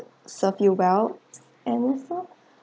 serve you well and